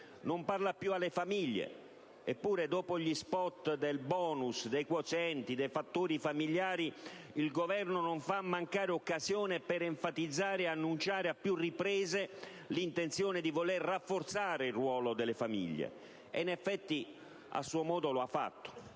Non parla più alle famiglie; eppure, dopo gli spot sul *bonus*, sui quozienti, sui fattori familiari, il Governo non fa mancare occasione per enfatizzare ed annunciare a più riprese l'intenzione di rafforzare il ruolo delle famiglie. In effetti a suo modo lo ha fatto: